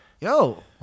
yo